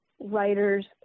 writers